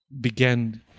began